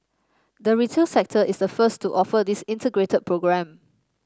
the retail sector is the first to offer this Integrated Programme